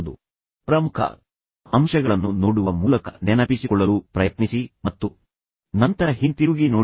ಆದ್ದರಿಂದ ನೀವು ಯಾವ ರೀತಿಯಲ್ಲಿ ಬಯಸುತ್ತೀರಿ ನೀವು ಪ್ರಮುಖ ಅಂಶಗಳನ್ನು ಗಮನಿಸಿ ಆದರೆ ಪ್ರಮುಖ ಅಂಶಗಳನ್ನು ನೋಡುವ ಮೂಲಕ ನೆನಪಿಸಿಕೊಳ್ಳಲು ಪ್ರಯತ್ನಿಸಿ ಮತ್ತು ನಂತರ ಹಿಂತಿರುಗಿ ನೋಡಿ